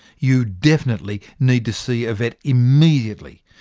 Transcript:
you definitely need to see a vet immediately,